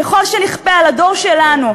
ככל שנכפה על הדור שלנו,